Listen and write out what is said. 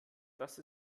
dass